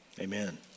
Amen